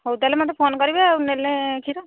ହଉ ତା'ହେଲେ ମୋତେ ଫୋନ କରିବେ ନେଲେ କ୍ଷୀର